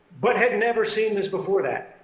but had never seen this before that.